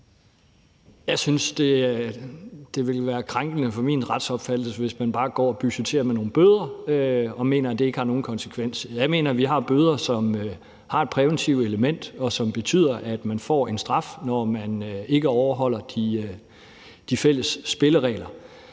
Jeg synes, det ville være krænkende for min retsopfattelse, hvis man bare går og budgetterer med nogle bøder og mener, at det ikke har nogen konsekvens. Jeg mener, at vi har bøder, som har et præventivt element, og som betyder, at man får en straf, når man ikke overholder de fælles spilleregler.